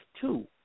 two